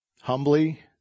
humbly